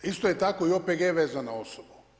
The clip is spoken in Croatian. Isto je tako i OPG vezan na osobu.